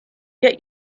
get